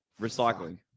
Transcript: Recycling